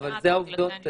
אבל אלו העובדות,